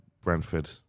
Brentford